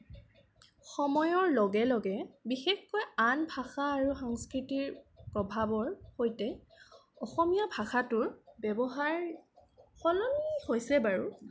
সময়ৰ লগে লগে বিশেষকৈ আন ভাষা আৰু সংস্কৃতিৰ প্ৰভাৱৰ সৈতে অসমীয়া ভাষাটোৰ ব্যৱহাৰ সলনি হৈছে বাৰু